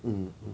mm mm mm